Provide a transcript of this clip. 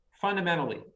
fundamentally